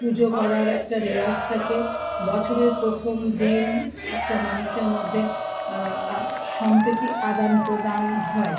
পুজো করার একটা রেওয়াজ থাকে বছরের প্রথম দিন একটা মানুষের মধ্যে সম্প্রীতি আদান প্রদান হয়